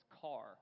car